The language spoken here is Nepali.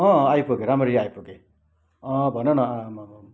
आइपुगे राम्ररी आइपुगे भन न आममामा